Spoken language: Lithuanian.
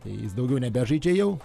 tai jis daugiau nebežaidžia jau